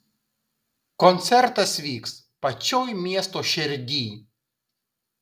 koncertas vyks pačioj miesto šerdyj